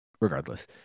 regardless